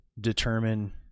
determine